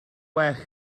gwell